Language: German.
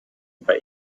bei